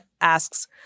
asks